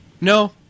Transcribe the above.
No